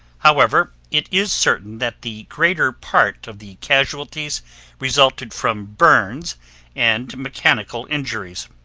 however, it is certain that the greater part of the casualties resulted from burns and mechanical injures.